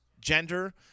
gender